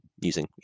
using